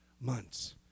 months